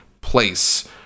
place